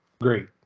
Great